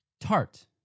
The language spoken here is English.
Tart